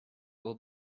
will